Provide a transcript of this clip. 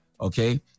Okay